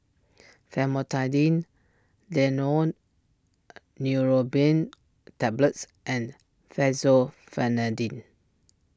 Famotidine Neurobion Tablets and Fexofenadine